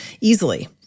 easily